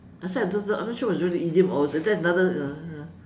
I said I don't know I am not sure was it really idiom or is that another ah